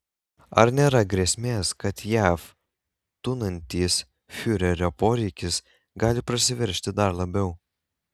ar nėra grėsmės kad jav tūnantis fiurerio poreikis gali prasiveržti dar labiau